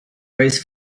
rice